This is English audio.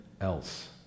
else